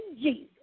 Jesus